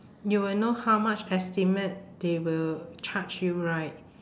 you will know how much estimate they will charge you right